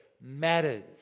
matters